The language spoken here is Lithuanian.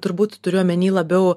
turbūt turiu omeny labiau